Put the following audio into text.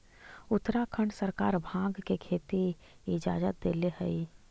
उत्तराखंड सरकार भाँग के खेती के इजाजत देले हइ